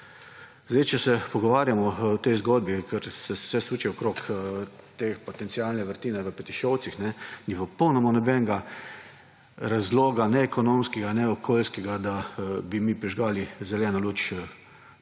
Sedaj, če se pogovarjamo o tej zgodbi, ker se vse suče okoli teh potencialne vrtine v Petišovcih ni popolno nobenega razloga ne ekonomskega ne okolijskega, da bi mi prižgali zeleno luč v